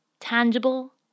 tangible